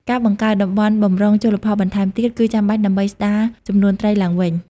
ការបង្កើត តំបន់បម្រុង ជលផលបន្ថែមទៀតគឺចាំបាច់ដើម្បីស្តារចំនួនត្រីឡើងវិញ។